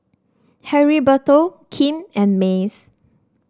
Heriberto Kim and Mace